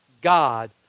God